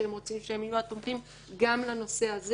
שהם רוצים שהם יהיו --- גם לנושא הזה